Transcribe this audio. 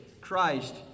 Christ